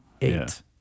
eight